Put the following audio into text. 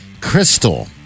Crystal